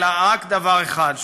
אלא רק דבר אחד,